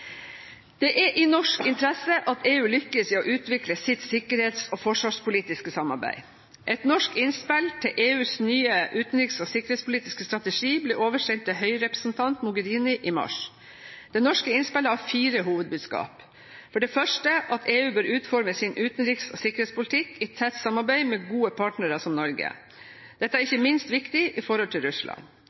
Det er i norsk interesse at EU lykkes i å utvikle sitt sikkerhets- og forsvarspolitiske samarbeid. Et norsk innspill til EUs nye utenriks- og sikkerhetspolitiske strategi ble oversendt til høyrepresentant Mogherini i mars. Det norske innspillet har fire hovedbudskap. For det første bør EU utforme sin utenriks- og sikkerhetspolitikk i tett samarbeid med gode partnere som Norge. Dette er ikke minst viktig i forholdet til Russland.